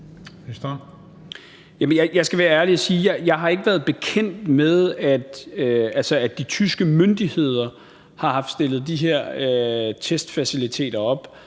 jeg skal være ærlig og sige, at jeg ikke har været bekendt med, at de tyske myndigheder har haft stillet de her testfaciliteter op.